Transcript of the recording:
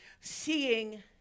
seeing